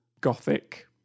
gothic